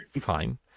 Fine